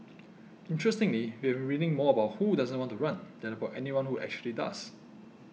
interestingly we have been reading more about who doesn't want to run than about anyone who actually does